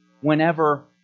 whenever